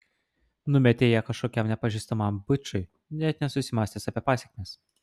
numetei ją kažkokiam nepažįstamam bičui nė nesusimąstęs apie pasekmes